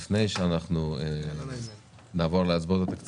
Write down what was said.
כל הנושאים שלא הספקנו לענות לפני שאנחנו נעבור על הצבעות על התקציב.